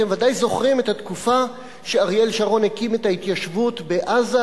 אתם ודאי זוכרים את התקופה שאריאל שרון הקים את ההתיישבות בעזה,